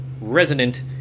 resonant